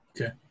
Okay